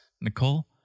Nicole